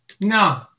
No